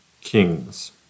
kings